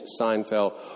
Seinfeld